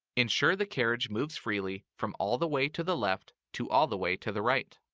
ensure the carriage moves freely from all the way to the left to all the way to the right.